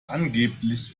angeblich